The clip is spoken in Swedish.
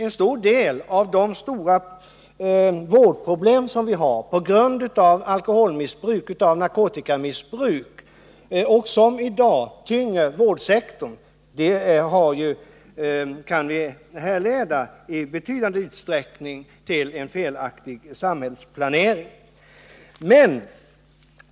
En stor del av de stora vårdproblem som vi har på grund av alkoholoch narkotikamissbruk och som i dag tynger vårdsektorn kan vi i betydande utsträckning härleda från en felaktig samhällsplanering.